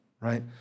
right